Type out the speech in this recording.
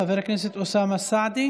חבר הכנסת אוסאמה סעדי,